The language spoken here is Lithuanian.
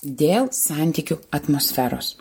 dėl santykių atmosferos